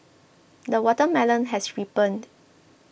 the watermelon has ripened